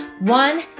One